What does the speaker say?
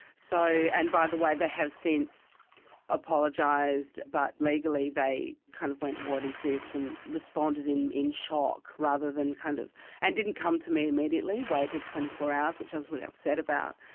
so and by the way they have since apologised, but legally they kind of went what is this? and responded in in shock rather than kind of and come to me immediately, waited twenty four hours which i was really upset about.